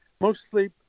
mostly